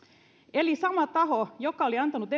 eli sama taho joka oli antanut